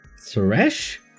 Suresh